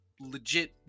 legit